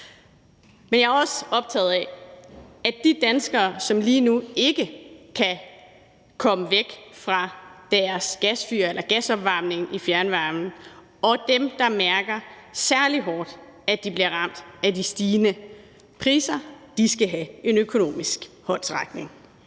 Men jeg er også optaget af, at de danskere, som lige nu ikke kan komme væk fra deres gasfyr eller gasopvarmning i forbindelse med fjernvarme, og dem, der mærker særlig hårdt, at de bliver ramt af de stigende priser, skal have en økonomisk håndsrækning.